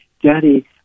Daddy